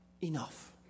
enough